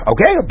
Okay